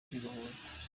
kwibohoza